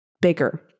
bigger